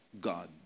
God